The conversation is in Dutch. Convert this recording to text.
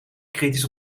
kritisch